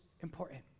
important